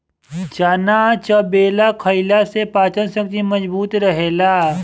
चना चबेना खईला से पाचन शक्ति मजबूत रहेला